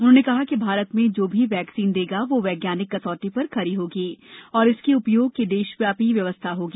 उन्होंने कहा कि भारत जो भी वैक्सीन देगा वो वैज्ञानिक कसौटी पर खरी होगी और इसके उपयोग की देशव्यापी व्यवस्था होगी